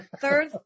third